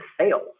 sales